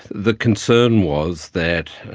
the concern was that